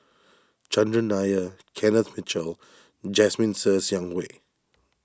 Chandran Nair Kenneth Mitchell Jasmine Ser Xiang Wei